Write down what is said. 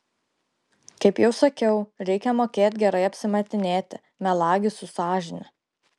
kaip jau sakiau reikia mokėt gerai apsimetinėti melagis su sąžine